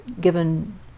given